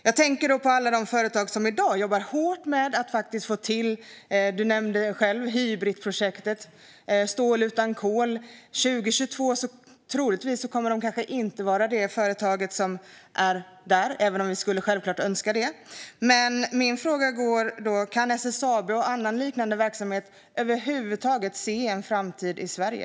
Jag tänker då på alla de företag som i dag jobbar hårt med att faktiskt få till detta. Amanda Palmstierna nämnde själv Hybritprojektet och stål utan kol. År 2022 kommer SSAB troligtvis inte att vara där än, även om vi självklart skulle önska det. Min fråga är: Kan SSAB och annan liknande verksamhet över huvud taget se en framtid i Sverige?